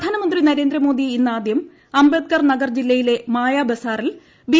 പ്രധാനമന്ത്രി നരേന്ദ്രമോദി ഇന്നാദൃം അംബേദ്കർ നഗർ ജില്ലയിലെ മായാ ബസാറിൽ ബി